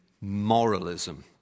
moralism